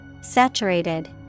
Saturated